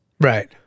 Right